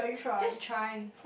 just try